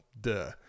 duh